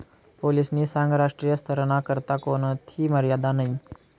पोलीसनी सांगं राष्ट्रीय स्तरना करता कोणथी मर्यादा नयी